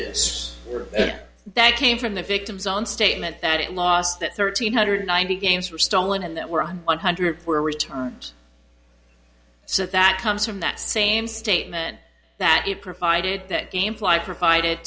or that came from the victim's own statement that it lost that thirteen hundred ninety games were stolen in that were on one hundred four returns so that comes from that same statement that you provided that game fly provided